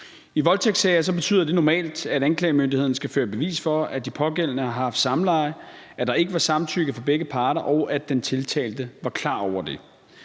I voldtægtssager betyder det normalt, at anklagemyndigheden skal føre bevis for, at de pågældende har haft samleje, at der ikke var samtykke fra begge parter, og at den tiltalte var klar over det.